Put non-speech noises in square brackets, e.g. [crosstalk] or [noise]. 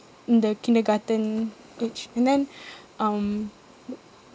in the kindergarten age and then [breath] um [noise]